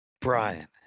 Brian